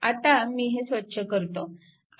आता मी हे स्वच्छ करतो